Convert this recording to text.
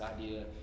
idea